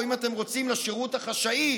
או אם אתם רוצים לשירות החשאי,